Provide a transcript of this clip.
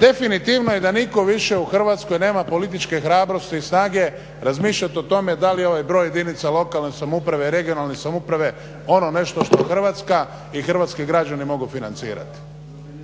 definitivno je da nitko više u Hrvatskoj nema političke hrabrosti i snage razmišljati o tome da li ovaj broj jedinica lokalne samouprave, regionalne samouprave ono nešto što Hrvatska i hrvatski građani mogu financirati.